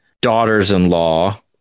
daughters-in-law